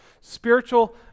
Spiritual